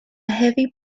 heavy